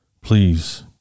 Please